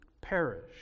perish